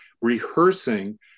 rehearsing